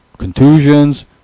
contusions